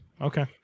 Okay